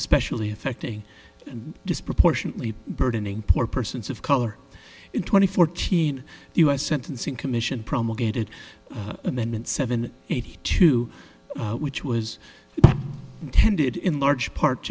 especially affecting and disproportionately burdening poor persons of color in twenty fourteen u s sentencing commission promulgated amendment seven eighty two which was intended in large part